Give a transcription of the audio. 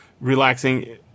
relaxing